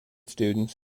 students